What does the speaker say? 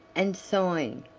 and sighing,